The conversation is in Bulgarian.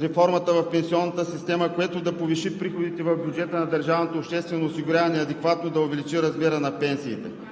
реформата в пенсионната система, което да повиши приходите в бюджета на държавното обществено осигуряване – адекватно да увеличи размера на пенсиите.